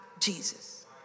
Jesus